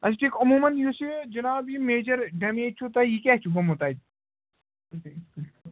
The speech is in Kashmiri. اَچھ ٹھیٖک عموٗمَن یُس یہِ جِناب یہِ میجَر ڈیمیج چھُو تۄہہِ یہِ کیٛاہ چھُ گوٚمُت اَتہِ